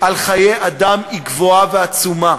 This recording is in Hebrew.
על חיי אדם היא גבוהה ועצומה.